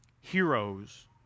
heroes